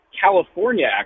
California